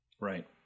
Right